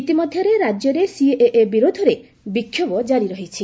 ଇତିମଧ୍ୟରେ ରାଜ୍ୟରେ ସିଏଏ ବିରୋଧରେ ବିକ୍ଷୋଭ ଜାରି ରହିଛି